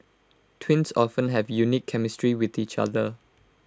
twins often have unique chemistry with each other